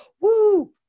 Woo